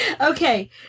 Okay